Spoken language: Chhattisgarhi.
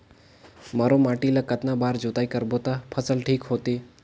मारू माटी ला कतना बार जुताई करबो ता फसल ठीक होती?